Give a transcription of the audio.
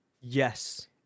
Yes